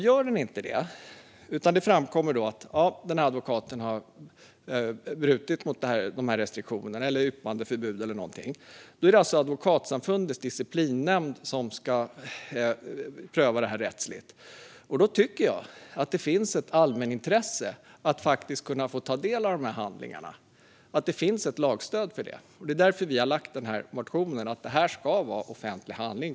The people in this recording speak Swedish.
Gör denne inte det utan det framkommer att advokaten har brutit mot restriktionerna, yppandeförbudet eller någonting är det alltså Advokatsamfundets disciplinnämnd som ska pröva det rättsligt. Jag tycker att det finns ett allmänintresse att med lagstöd faktiskt kunna få ta del av de här handlingarna. Det är därför vi har lagt den här motionen om att detta ska vara offentlig handling.